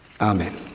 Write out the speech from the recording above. Amen